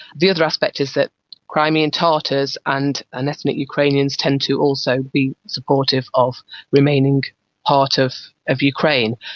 the other aspect is that crimean tartars and and ethnic ukrainians tend to also be supportive of remaining part of of ukraine,